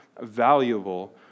valuable